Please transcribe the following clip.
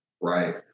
right